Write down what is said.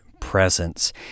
presence